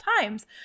times